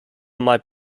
might